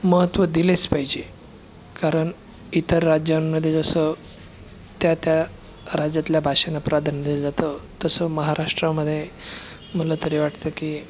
महत्त्व दिलेच पाहिजे कारण इतर राज्यांमध्ये जसं त्या त्या राज्यातल्या भाषांना प्राधान्य दिले जातं तसं महाराष्ट्रामध्ये मला तरी वाटतं की